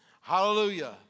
Hallelujah